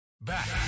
Back